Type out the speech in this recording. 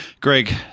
greg